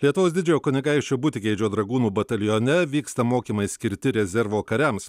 lietuvos didžiojo kunigaikščio butigeidžio dragūnų batalione vyksta mokymai skirti rezervo kariams